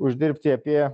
uždirbti apie